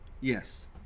Yes